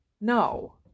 No